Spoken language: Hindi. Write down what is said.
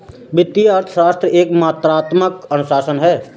वित्तीय अर्थशास्त्र एक मात्रात्मक अनुशासन है